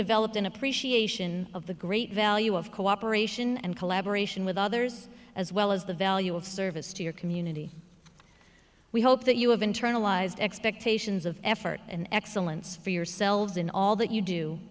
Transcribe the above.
developed an appreciation of the great value of cooperation and collaboration with others as well as the value of service to your community we hope that you have internalized expectations of effort and excellence for yourselves in all that you do